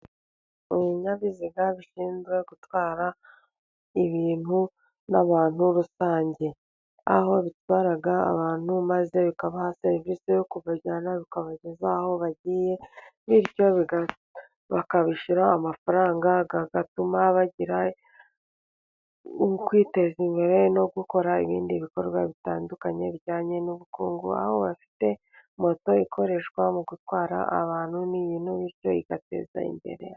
Ibinyabiziga bishinzwe gutwara ibintu n'abantu rusange, aho bitwara abantu maze bikabaha serivisi yo kubajyana bikabageza aho bagiye, bityo bakabishyura amafaranga agatuma bagira ukwiteza imbere no gukora ibindi bikorwa bitandukanye bijyanye n'ubukungu, aho bafite moto ikoreshwa mu gutwara abantu n'ibintu bityo igateza imbere.